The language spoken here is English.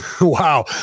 wow